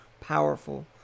powerful